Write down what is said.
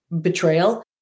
betrayal